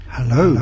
Hello